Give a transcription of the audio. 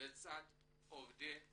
לצד עובדי מינהל.